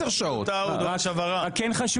טוב, אין לי כוח.